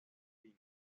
pino